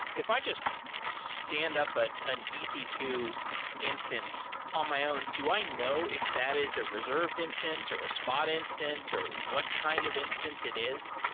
if i just stand up but an e c two instance on my own, do i know if that is a reserved instance or a spot instance or what kind of instance it is?